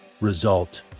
Result